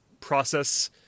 process